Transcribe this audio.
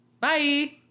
Bye